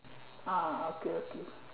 ah okay okay